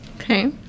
okay